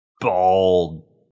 bald